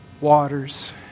waters